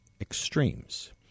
extremes